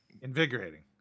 invigorating